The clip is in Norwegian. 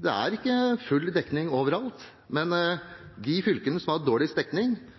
det ikke er full dekning over alt, men